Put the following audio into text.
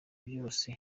byose